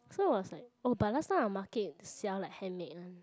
so I was like oh but last time the market sell like handmade one